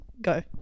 Go